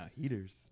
heaters